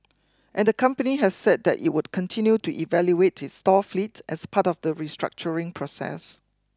and the company has said that it would continue to evaluate its store fleet as part of the restructuring process